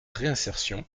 réinsertion